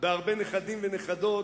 בהרבה נכדים ונכדות,